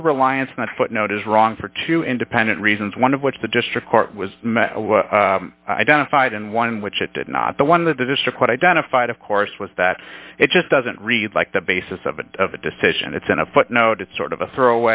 overreliance not a footnote is wrong for two independent reasons one of which the district court was identified and one which it did not the one of the district what identified of course was that it just doesn't read like the basis of a of a decision it's in a footnote it's sort of a throw